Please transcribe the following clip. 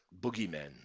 boogeymen